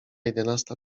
jedenasta